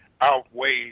outweighs